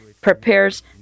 prepares